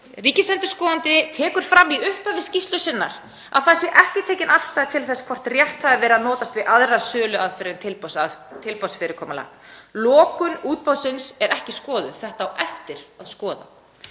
Ríkisendurskoðandi tekur fram í upphafi skýrslu sinnar að það sé ekki tekin afstaða til þess hvort rétt hafi verið að notast við aðrar söluaðferðir en tilboðsfyrirkomulag. Lokun útboðsins er ekki skoðuð. Þetta á eftir að skoða.